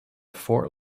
fort